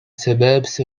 suburbs